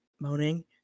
moaning